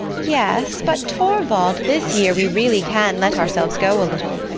yes but, torvald, this year we really can let ourselves go a little.